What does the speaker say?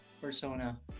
persona